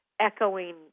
echoing